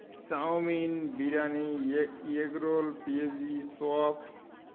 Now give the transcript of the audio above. chowmein biryani egg roll পেঁয়াজি chop